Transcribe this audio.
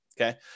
Okay